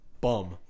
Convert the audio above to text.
bum